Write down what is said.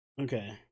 Okay